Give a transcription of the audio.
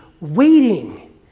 waiting